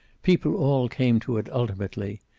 people all came to it ultimately.